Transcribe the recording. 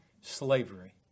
slavery